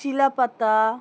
Chilapata